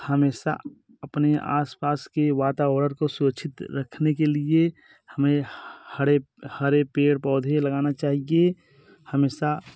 हमेशा अपने आस पास के वातावरण को सुरक्षित रखने के लिए हमें हरे हरे पेड़ पौधे लगाने चाहिए हमेशा